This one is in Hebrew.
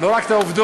לא רק העובדות.